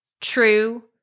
true